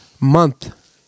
month